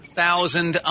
thousand